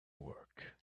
work